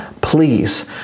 please